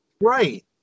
Right